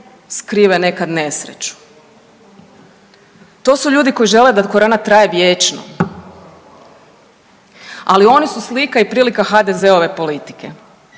skrive nekad nesreću. To su ljudi koji žele da korona traje vječno. Ali oni su slika i prilika HDZ-ove politike.